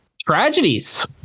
tragedies